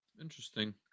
Interesting